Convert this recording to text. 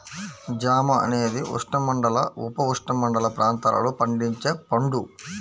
జామ అనేది ఉష్ణమండల, ఉపఉష్ణమండల ప్రాంతాలలో పండించే పండు